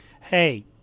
Hey